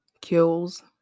kills